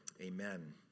amen